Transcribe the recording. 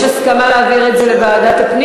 היא הסכימה, יש הסכמה להעביר את זה לוועדת הפנים?